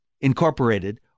Incorporated